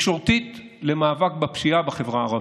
תקשורתית למאבק בפשיעה בחברה הערבית,